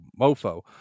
mofo